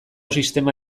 sistema